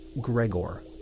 Gregor